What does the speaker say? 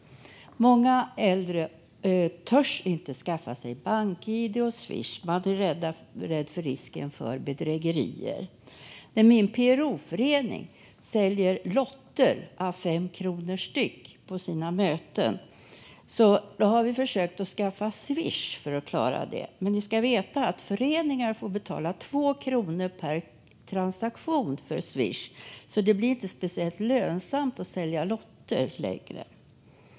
Många äldre törs inte skaffa sig bank-id och Swish. Man är rädd för risken för bedrägerier. Min PRO-förening säljer lotter à 5 kronor styck på sina möten. Vi har försökt skaffa Swish för att klara det, men ni ska veta att föreningar får betala 2 kronor per transaktion för Swish. Det blir alltså inte speciellt lönsamt att sälja lotter längre.